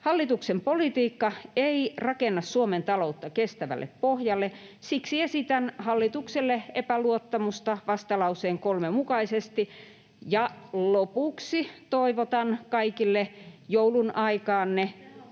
Hallituksen politiikka ei rakenna Suomen taloutta kestävälle pohjalle. Siksi esitän hallitukselle epäluottamusta vastalauseen 3 mukaisesti. Ja lopuksi toivotan teille kaikille joulunaikaanne